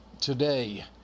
today